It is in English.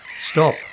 Stop